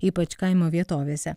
ypač kaimo vietovėse